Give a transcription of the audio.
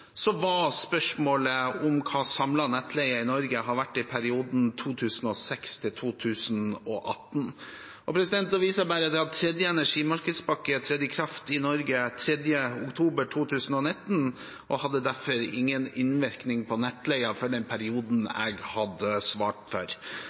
var spørsmålet hva samlet nettleie i Norge har vært i perioden 2006 til 2018. Da viser jeg til at tredje energimarkedspakke trådte i kraft i Norge 3. oktober 2019 og derfor hadde ingen innvirkning på nettleien for den perioden